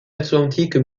atlantique